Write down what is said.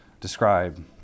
describe